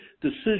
decision